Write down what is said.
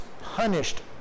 punished